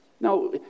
Now